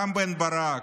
רם בן ברק,